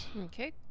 Okay